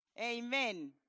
Amen